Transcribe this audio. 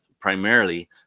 primarily